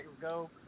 go